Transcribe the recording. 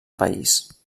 país